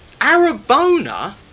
arabona